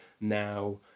now